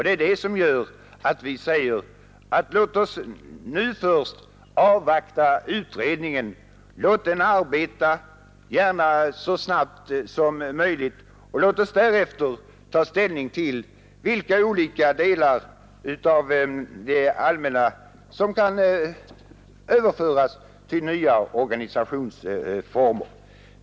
Det är detta som gör att vi säger, att låt oss nu först avvakta utredningen, låt den arbeta — gärna så snabbt som möjligt — och låt oss därefter ta ställning till vilka olika delar av det allmänna som kan överföras till nya organisationsformer.